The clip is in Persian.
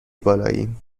بالاییم